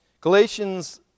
Galatians